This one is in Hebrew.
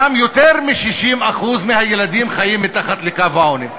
שם יותר מ-60% מהילדים חיים מתחת לקו העוני.